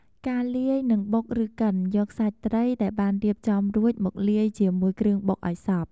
ការលាយ និងបុក ឬ កិន យកសាច់ត្រីដែលបានរៀបចំរួច មកលាយជាមួយគ្រឿងបុកឱ្យសព្វ។